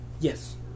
Yes